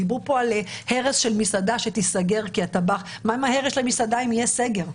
דיברו כאן על הרס של מסעדה שתיסגר אבל מה עם הרס המסעדה אם יהיה סגר?